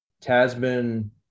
Tasman